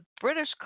British